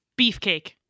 Beefcake